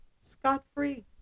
scot-free